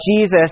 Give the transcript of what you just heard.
Jesus